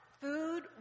food